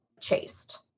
chased